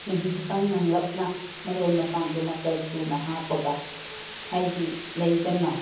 ꯃꯍꯤ ꯈꯤꯇꯪ ꯅꯪꯂꯞꯅ ꯃꯔꯣꯏ ꯃꯄꯥꯡꯗꯣ ꯃꯆꯜꯁꯨꯅ ꯍꯥꯞꯄꯒ ꯍꯥꯏꯗꯤ ꯂꯩꯗꯅ